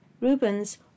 Rubens